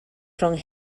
rhwng